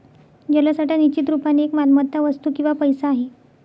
जलसाठा निश्चित रुपाने एक मालमत्ता, वस्तू किंवा पैसा आहे